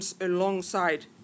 alongside